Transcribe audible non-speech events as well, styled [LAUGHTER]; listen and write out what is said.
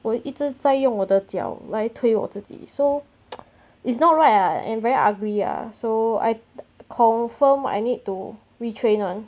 我一直在用我的脚来推我自己 so [NOISE] it's not right ah and very ugly ah so I confirm I need to retrain one